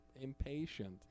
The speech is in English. impatient